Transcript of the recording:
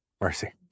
Mercy